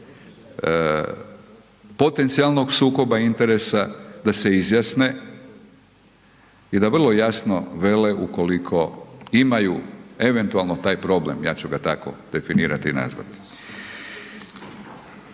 potencijalnog sukoba interesa, da se izjasne i da vrlo jasno vele, ukoliko imaju eventualno taj problem, ja ću ga tako definirati i nazvati.